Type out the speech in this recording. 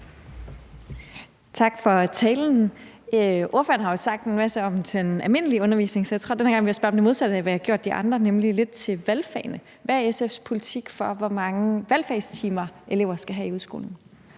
Tak for talen. Ordføreren har jo sagt en masse om den almindelige undervisning, så jeg tror, at jeg denne gang vil spørge om det modsatte af det, jeg har spurgt de andre om, nemlig lidt om valgfagene. Hvad er SF's politik for, hvor mange valgfagstimer elever skal have i udskolingen?